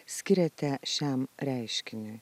skiriate šiam reiškiniui